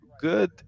good